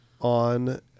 on